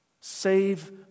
save